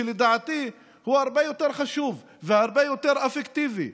שלדעתי הוא הרבה יותר חשוב והרבה יותר אפקטיבי.